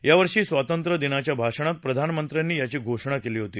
यावर्षी स्वातंत्र्यदिनाच्या भाषणात प्रधानमंत्र्यांनी याची घोषणा केली होती